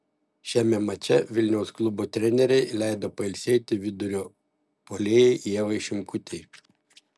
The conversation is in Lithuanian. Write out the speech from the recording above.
šiame mače vilniaus klubo trenerei leido pailsėti vidurio puolėjai ievai šimkutei